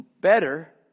better